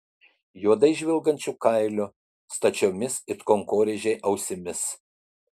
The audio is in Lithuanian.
juodai žvilgančiu kailiu stačiomis it kankorėžiai ausimis